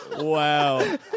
Wow